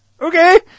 okay